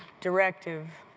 directive,